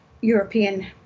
European